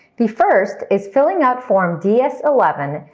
the first is filling out form ds eleven,